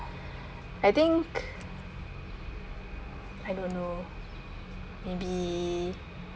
I think I don't know maybe